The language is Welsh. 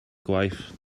gwaith